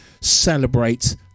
celebrate